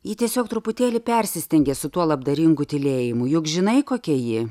ji tiesiog truputėlį persistengė su tuo labdaringu tylėjimu juk žinai kokia ji